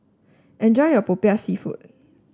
enjoy your Popiah seafood